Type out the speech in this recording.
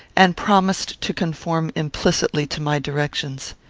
and promised to conform implicitly to my directions.